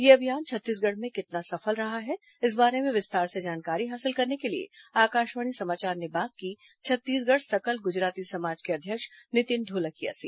यह अभियान छत्तीसगढ़ में कितना सफल रहा है इस बारे में विस्तार से जानकारी हासिल करने के लिए आकाशवाणी समाचार ने बात की छत्तीसगढ़ सकल गुजराती समाज के अध्यक्ष नितिन ढोलकिया से